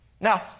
Now